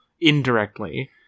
indirectly